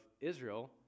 Israel